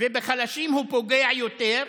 ובחלשים הוא פוגע יותר,